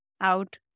out